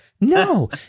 no